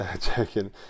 Checking